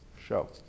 show